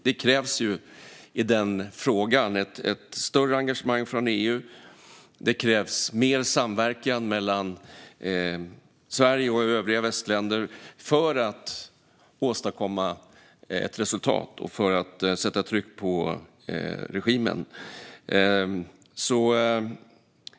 Det krävs ett större engagemang från EU i den frågan. Det krävs mer samverkan mellan Sverige och övriga västländer för att man ska kunna åstadkomma ett resultat och sätta tryck på regimen.